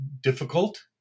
difficult